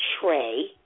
tray